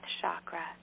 chakra